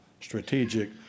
strategic